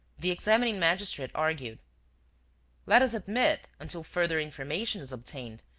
the examining magistrate argued let us admit, until further information is obtained,